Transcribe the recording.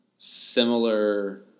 similar